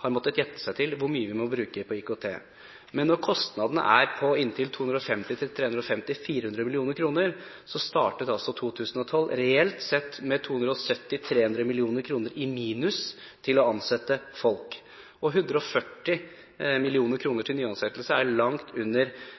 har måttet gjette seg til hvor mye vi må bruke på IKT. Men kostnadene er på inntil 250–350–400 mill. kr, og 2012 startet altså reelt sett med 270–300 mill. kr i minus til å ansette folk, og 140 mill. kr til nyansettelser er langt under